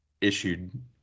issued